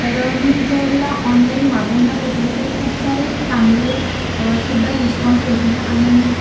तर मी ज्यावेळेला ऑनलाईन मागवणार होते तर खूप सारे चांगले सुद्धा रिस्पॉन्स भेटले आणि